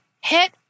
hit